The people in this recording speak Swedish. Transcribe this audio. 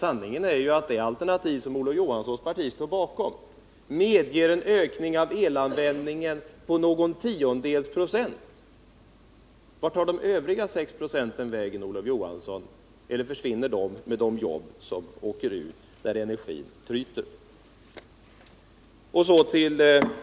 Sanningen är ju att det alternativ som Olof Johansson och hans parti i övrigt står bakom medger en ökning av elanvändningen på någon tiondels procent. Vart tar de övriga sex procenten vägen, Olof Johansson? Försvinner de med de jobb som måste bort när energin tryter? Herr talman!